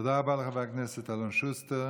תודה רבה לחבר הכנסת אלון שוסטר.